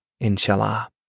inshallah